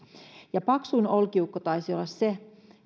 ja paksuin olkiukko taisi olla